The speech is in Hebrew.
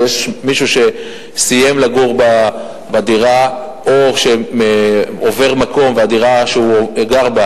כשמישהו סיים לגור בדירה או עובר מקום והדירה שהוא גר בה